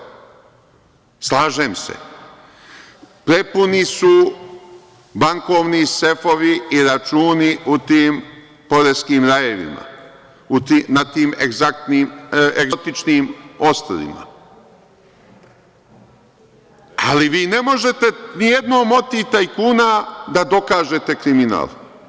Slažem se da su prepuni bankovni sefovi i računi u tim poreskim rajevima, na tim egzotičnim ostrvima, ali vi ne možete ni jednom od tih tajkuna da dokažete kriminal.